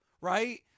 right